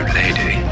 lady